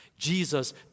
Jesus